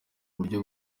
buryo